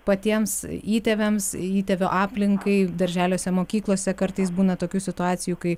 patiems įtėviams įtėvių aplinkai darželiuose mokyklose kartais būna tokių situacijų kai